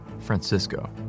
Francisco